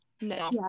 no